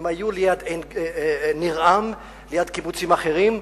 הם היו ליד ניר-עם, ליד קיבוצים אחרים,